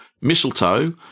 mistletoe